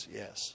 yes